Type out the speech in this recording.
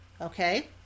okay